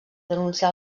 denunciar